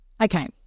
Okay